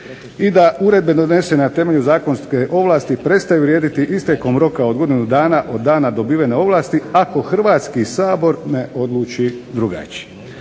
i da uredbe donesene na temelju zakonske ovlasti prestaju vrijediti istekom roka od godinu dana od dana dobivene ovlasti, ako Hrvatski sabor ne odluči drugačije.